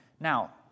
Now